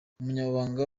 umunyamabanga